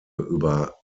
über